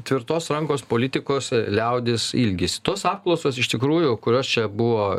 tvirtos rankos politikos liaudis ilgisi tos apklausos iš tikrųjų kurios čia buvo